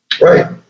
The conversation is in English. Right